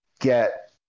get